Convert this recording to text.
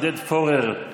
עודד פורר,